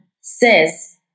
says